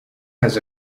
has